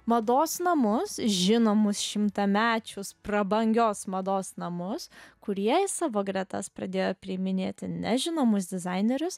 mados namus žinomus šimtamečius prabangios mados namus kurie į savo gretas pradėjo priiminėti nežinomus dizainerius